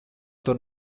tur